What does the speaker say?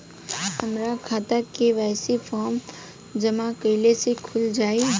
हमार खाता KYC form जमा कइले से खुल जाई?